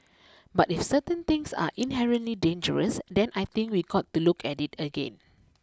but if certain things are inherently dangerous then I think we got to look at it again